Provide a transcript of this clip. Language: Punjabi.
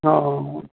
ਹਾਂ